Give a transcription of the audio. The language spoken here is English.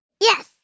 Yes